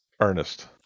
Ernest